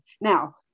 now